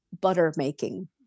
butter-making